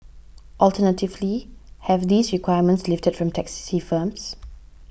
alternatively have these requirements lifted from taxi firms